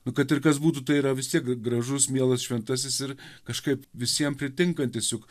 nu kad ir kas būtų tai yra vis tiek gražus mielas šventasis ir kažkaip visiem pritinkantis juk